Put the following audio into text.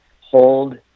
hold